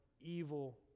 evil